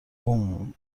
بوووم